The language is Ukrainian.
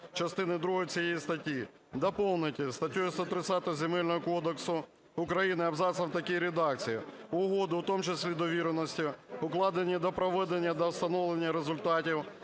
частини другої цієї статті". Доповнити статтю 130 Земельного кодексу України абзацом в такій редакції: "Угоди (у тому числі довіреності), укладені до проведення та встановлення результатів